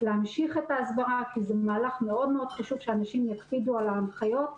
להמשיך את ההסברה כי זה מהלך מאוד מאוד חשוב שאנשים יקפידו על ההנחיות.